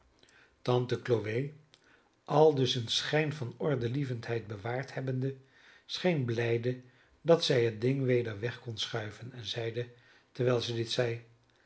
tante chloe aldus een schijn van ordelievendheid bewaard hebbende scheen blijde dat zij het ding weder weg kon schuiven en zeide terwijl zij dit deed